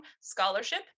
scholarship